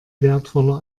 wertvoller